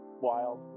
wild